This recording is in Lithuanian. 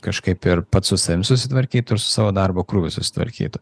kažkaip ir pats su savim susitvarkytų savo darbo krūviu susitvarkytų